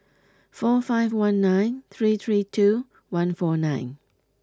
four five one nine three three two one four nine